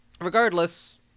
regardless